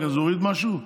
זה הוריד משהו?